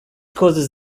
causes